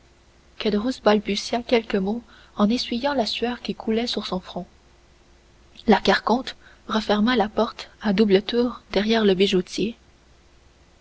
balbutia quelques mots en essuyant la sueur qui coulait sur son front la carconte referma la porte à double tour derrière le bijoutier